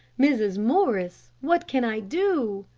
mrs. morris, what can i do?